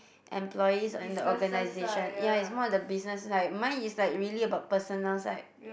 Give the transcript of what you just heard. employees and the organisation ya it's more of the business side mine is like really about personnel side